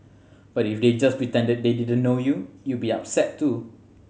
but if they just pretended they didn't know you you'd be upset too